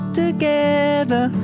together